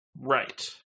Right